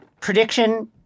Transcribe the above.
prediction